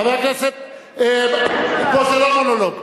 חבר הכנסת, פה זה לא מונולוג.